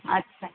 আচ্ছা